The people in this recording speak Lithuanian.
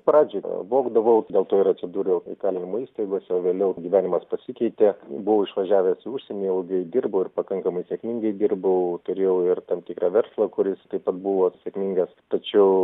pradžioj vogdavau dėl to ir atsidūriau įkalinimo įstaigose o vėliau gyvenimas pasikeitė buvau išvažiavęs į užsienį ilgai dirbau ir pakankamai sėkmingai dirbau turėjau ir tam tikrą verslą kuris taip pat buvo sėkmingas tačiau